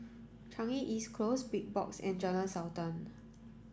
Changi East Close Big Box and Jalan Sultan